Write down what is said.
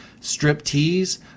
striptease